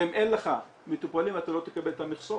ואם אין לך מטופלים אתה לא תקבל את המכסות.